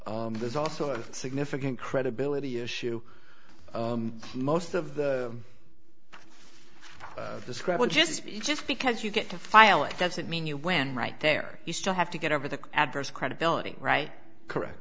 issue there's also a significant credibility issue most of the scrabble just just because you get to file it doesn't mean you win right there you still have to get over the adverse credibility right correct